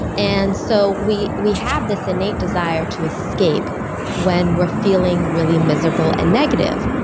and so we we have this innate desire to escape when we're feeling really miserable and negative.